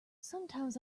sometimes